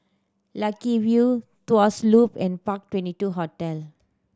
Lucky View Tuas Loop and Park Twenty two Hotel